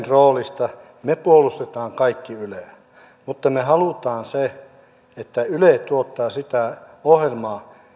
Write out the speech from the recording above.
roolista me puolustamme kaikki yleä mutta me haluamme että yle tuottaa sitä ohjelmaa